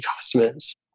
customers